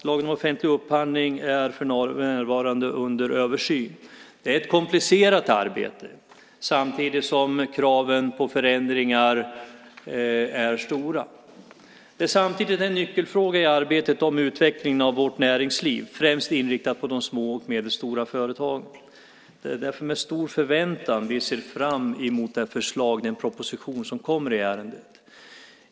Lagen om offentlig upphandling är för närvarande under översyn. Det är ett komplicerat arbete samtidigt som kraven på förändringar är stora. Det är samtidigt en nyckelfråga i arbetet om utvecklingen av vårt näringsliv, främst inriktad på de små och medelstora företagen. Det är därför med stor förväntan vi ser fram emot det förslag och den proposition som kommer i ärendet.